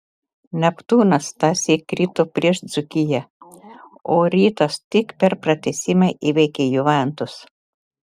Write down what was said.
neptūnas tąsyk krito prieš dzūkiją o rytas tik per pratęsimą įveikė juventus